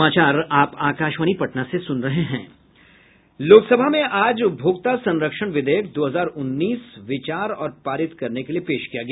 लोकसभा में आज उपभोक्ता संरक्षण विधेयक दो हजार उन्नीस विचार और पारित करने के लिए पेश किया गया